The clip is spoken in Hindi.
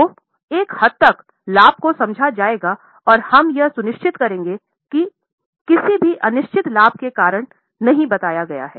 तो एक हद तक लाभ को समझा जाएगा और हम यह सुनिश्चित करेंगे कि किसी भी अनिश्चित लाभ के कारण नहीं बताया गया है